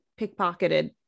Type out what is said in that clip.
pickpocketed